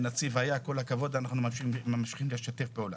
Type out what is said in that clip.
הנציב היה, כל הכבוד, אנחנו ממשיכים לשתף פעולה.